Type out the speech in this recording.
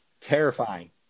Terrifying